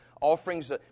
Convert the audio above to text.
offerings